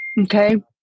Okay